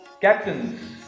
Captains